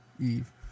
Eve